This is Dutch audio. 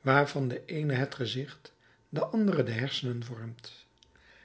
waarvan de eene het gezicht de andere de hersenen vormt